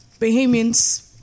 Bahamians